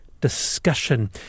discussion